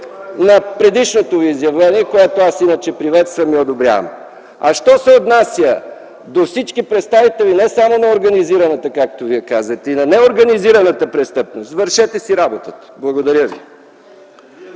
на предишното Ви изявление, което аз иначе приветствам и одобрявам. Що се отнася до всички представители не само на организираната, както Вие казахте, а и на неорганизираната престъпност – вършете си работата. Благодаря ви.